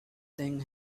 thing